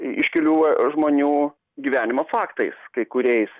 iškilių žmonių gyvenimo faktais kai kuriais